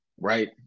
right